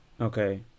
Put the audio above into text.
Okay